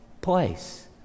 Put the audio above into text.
place